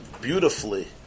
beautifully